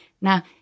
Now